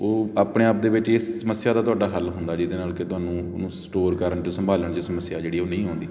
ਉਹ ਆਪਣੇ ਆਪ ਦੇ ਵਿੱਚ ਇਸ ਸਮੱਸਿਆ ਦਾ ਤੁਹਾਡਾ ਹੱਲ ਹੁੰਦਾ ਜਿਹਦੇ ਨਾਲ ਕਿ ਤੁਹਾਨੂੰ ਉਹਨੂੰ ਸਟੋਰ ਕਰਨ 'ਚ ਸੰਭਾਲਣ ਦੀ ਸਮੱਸਿਆ ਜਿਹੜੀ ਉਹ ਨਹੀਂ ਆਉਂਦੀ